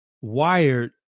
wired